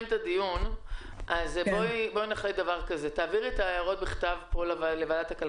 את הדיון תעבירי את ההערות בכתב לוועדה,